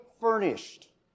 furnished